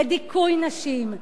לדיכוי נשים,